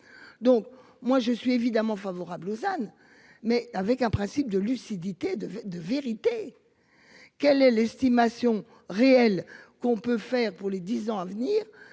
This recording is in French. Donc moi je suis évidemment favorable Lausanne mais avec un principe de lucidité, de vérité. Quelle est l'estimation réelle qu'on peut faire pour les 10 ans à venir.